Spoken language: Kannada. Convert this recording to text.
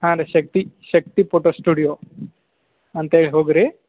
ಹಾಂ ಅದು ಶಕ್ತಿ ಶಕ್ತಿ ಪೊಟೋ ಸ್ಟುಡಿಯೋ ಅಂತೇಳಿ ಹೋಗಿರಿ